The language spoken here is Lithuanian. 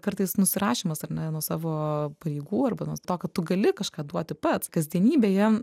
kartais nusirašymas ar ne nuo savo pareigų arba nuo to kad tu gali kažką duoti pats kasdienybėje